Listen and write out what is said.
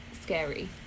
scary